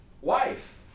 wife